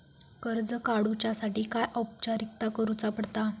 कर्ज काडुच्यासाठी काय औपचारिकता करुचा पडता?